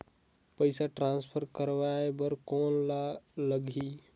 पइसा ट्रांसफर करवाय बर कौन का लगही?